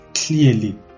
clearly